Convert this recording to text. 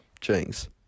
Jinx